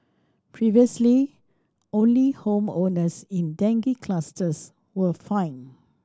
previously only home owners in dengue clusters were fined